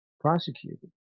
prosecuted